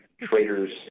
Traders